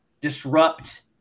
disrupt